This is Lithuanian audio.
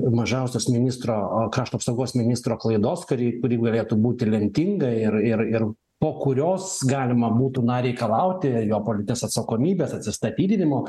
mažiausios ministro krašto apsaugos ministro klaidos kuri kuri galėtų būti lemtinga ir ir ir po kurios galima būtų na reikalauti jo politinės atsakomybės atsistatydinimo